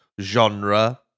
genre